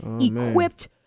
equipped